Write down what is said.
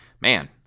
Man